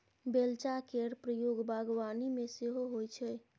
बेलचा केर प्रयोग बागबानी मे सेहो होइ छै